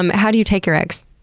um how do you take your eggs?